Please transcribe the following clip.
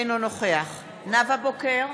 אינו נוכח נאוה בוקר,